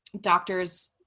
doctors